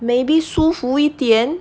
maybe 舒服一点